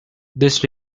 this